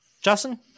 Justin